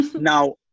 Now